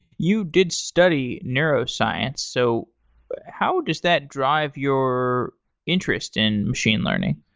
you did study neuroscience. so how does that drive your interest in machine learning?